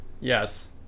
yes